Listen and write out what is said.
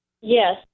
Yes